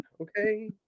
Okay